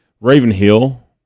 Ravenhill